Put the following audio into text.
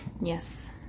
Yes